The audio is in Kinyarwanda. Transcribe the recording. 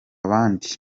bandi